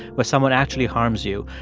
where someone actually harms you,